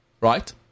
Right